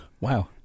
Wow